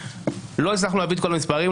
לא הצלחנו להביא את כל המספרים,